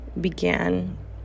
began